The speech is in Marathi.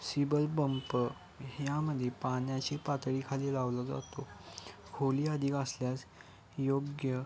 सिबल पंप ह्यामध्ये पाण्याची पातळी खाली लावला जातो खोली अधिक असल्यास योग्य